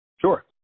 Sure